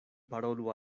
parolu